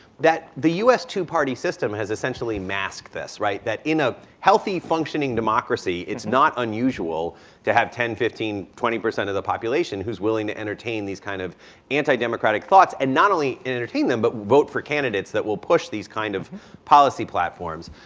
that the us two-party system has essentially masked this, right. that in a healthy functioning democracy it's not unusual to have ten, fifteen, twenty percent of the population who's willing to entertain these kind of anti-democratic thoughts and not only entertain them but vote for candidates that will push these kind of policy platforms.